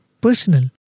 personal